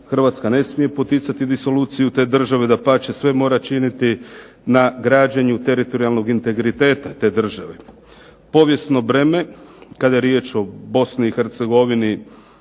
Hrvatska ne smije poticati disoluciju te države, dapače sve mora činiti na građenju teritorijalnog integriteta te države. Povijesno breme, kada je riječ o Bosni i Hercegovini,